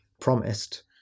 promised